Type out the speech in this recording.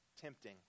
Tempting